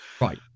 Right